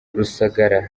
rusagara